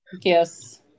Yes